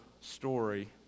story